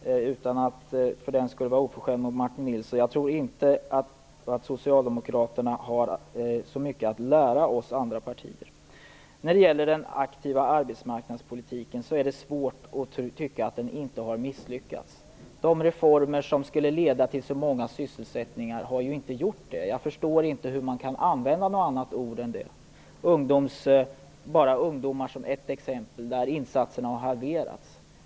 Utan att vara oförskämd mot Martin Nilsson, tror jag inte att Socialdemokraterna har så mycket att lära oss i andra partier. När det gäller den aktiva arbetsmarknadspolitiken är det svårt att tycka att den inte har misslyckats. De reformer som skulle leda till så många sysselsättningar har inte gjort det. Jag förstår inte hur man kan använda något annat ord än misslyckande. Jag kan bara ta ungdomarna som exempel, där insatserna har halverats.